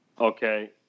Okay